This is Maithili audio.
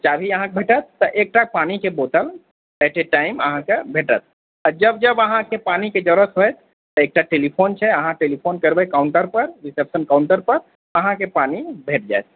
चाभी अहाँके भेटत एकटा पानीके बोतल एट ए टाइम अहाँके भेटत आ जब जब अहाँके पानीके जरूरत होयत तऽ एकटा टेलीफोन छै अहाँ टेलीफोन करबै काउण्टर पर रिसेप्शन काउण्टर पर अहाँके पानी भेट जायत